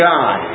God